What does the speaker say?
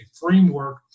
framework